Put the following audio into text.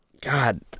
God